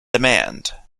demand